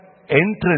entrance